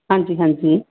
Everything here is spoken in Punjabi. ਹਾਂਜੀ ਹਾਂਜੀ